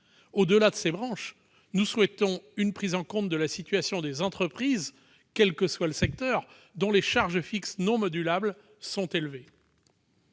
Au-delà de ces branches, nous souhaitons une prise en compte de la situation des entreprises, quel que soit le secteur, dont les charges fixes non modulables sont élevées.